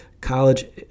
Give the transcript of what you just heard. college